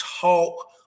talk